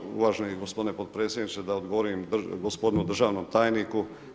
Ma samo uvaženi gospodine potpredsjedniče da odgovorim gospodinu državnom tajniku.